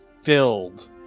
filled